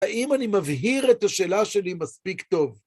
האם אני מבהיר את השאלה שלי מספיק טוב?